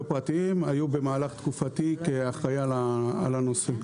פרטיים היו במהלך תקופתי כאחראי על הנושא.